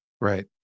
Right